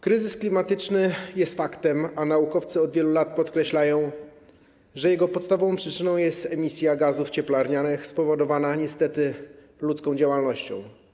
Kryzys klimatyczny jest faktem, a naukowcy od wielu lat podkreślają, że jego podstawową przyczyną jest emisja gazów cieplarnianych spowodowana niestety ludzką działalnością.